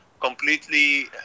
Completely